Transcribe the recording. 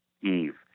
Eve